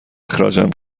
اخراجم